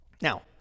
now